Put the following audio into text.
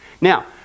Now